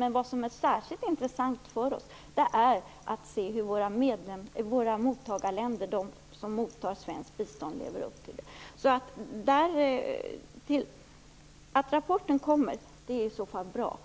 Men det som är särskilt intressant för oss är att se hur våra mottagarländer - de som mottar svenskt bistånd - lever upp till sina åtaganden. Om det kommer en rapport är det i så fall bra.